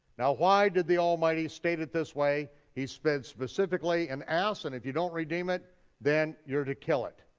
now, why did the almighty state it this way? he said specifically an ass, and if you don't redeem it then you're to kill it.